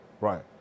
Right